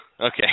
okay